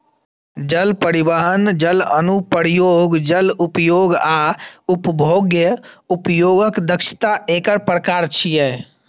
जल परिवहन, जल अनुप्रयोग, जल उपयोग आ उपभोग्य उपयोगक दक्षता एकर प्रकार छियै